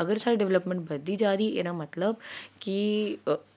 अगर साढ़ी डेवलपमेंट बधदी जा दी एह्दा मतलब कि